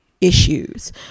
issues